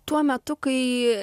tuo metu kai